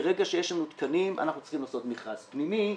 ברגע שיש לנו תקנים אנחנו צריכים לעשות מכרז פנימי,